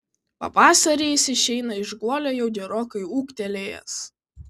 pavasarį jis išeina iš guolio jau gerokai ūgtelėjęs